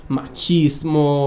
machismo